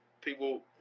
people